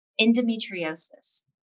endometriosis